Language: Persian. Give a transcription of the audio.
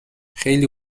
خیلی